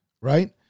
right